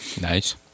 Nice